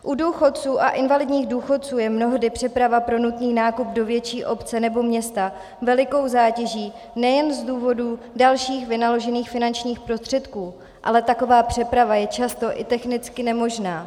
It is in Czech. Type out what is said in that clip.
U důchodců a invalidních důchodců je mnohdy přeprava pro nutný nákup do větší obce nebo města velikou zátěží, nejen z důvodů dalších vynaložených finančních prostředků, ale taková přeprava je často i technicky nemožná.